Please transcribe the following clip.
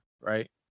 right